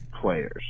players